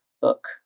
book